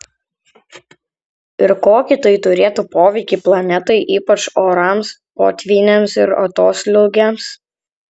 ir kokį tai turėtų poveikį planetai ypač orams potvyniams ir atoslūgiams